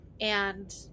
and-